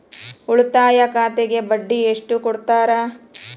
ಉಳಿತಾಯ ಖಾತೆಗೆ ಬಡ್ಡಿ ಎಷ್ಟು ಕೊಡ್ತಾರ?